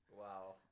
Wow